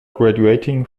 graduating